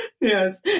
Yes